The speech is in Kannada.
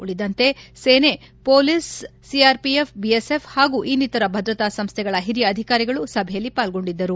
ಉಳಿದಂತೆ ಸೇನೆ ಹೊಲೀಸ್ ಸಿಆರ್ಪಿಎಫ್ ಬಿಎಸ್ಎಫ್ ಹಾಗೂ ಇನ್ನಿತರ ಭದ್ರತಾ ಸಂಸ್ಥೆಗಳ ಹಿರಿಯ ಅಧಿಕಾರಿಗಳು ಸಭೆಯಲ್ಲಿ ಪಾಲ್ಗೊಂಡಿದ್ದರು